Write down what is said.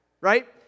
right